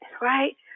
right